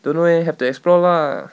don't know eh have to explore lah